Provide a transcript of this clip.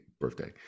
birthday